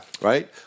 right